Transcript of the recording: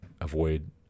avoid